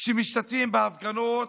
שמשתתפים בהפגנות,